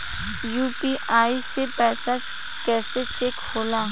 UPI से पैसा कैसे चेक होला?